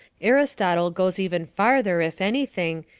aristotle goes even farther, if anything,